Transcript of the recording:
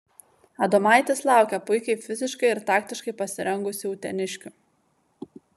adomaitis laukia puikiai fiziškai ir taktiškai pasirengusių uteniškių